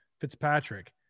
Fitzpatrick